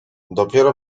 dopiero